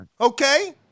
Okay